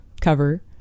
cover